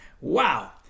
wow